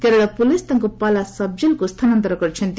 Kerala police ତାଙ୍କୁ ପାଲା ସବ୍ଜେଲ୍କୁ ସ୍ଥାନାନ୍ତ କରିଛନ୍ତି